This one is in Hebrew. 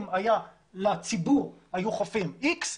אם היה לציבור חופים איקס,